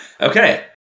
Okay